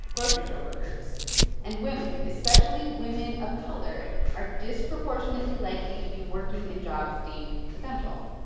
grocery store workers and women, especially women of color are disproportionately likely to be working in jobs deemed essential.